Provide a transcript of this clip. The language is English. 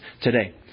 today